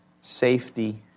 safety